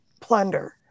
plunder